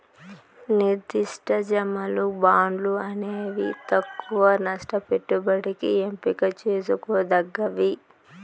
నిర్దిష్ట జమలు, బాండ్లు అనేవి తక్కవ నష్ట పెట్టుబడికి ఎంపిక చేసుకోదగ్గవి